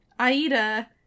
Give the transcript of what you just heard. Aida